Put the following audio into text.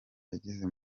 yagize